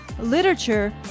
literature